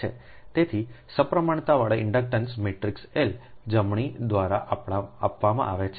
તેથી સપ્રમાણતાવાળા inductance matrix L જમણી દ્વારા આપવામાં આવે છે